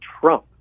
Trump